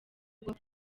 bwo